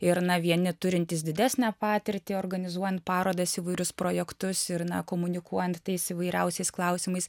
ir na vieni turintys didesnę patirtį organizuojant parodas įvairius projektus ir na komunikuojant tais įvairiausiais klausimais